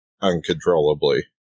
uncontrollably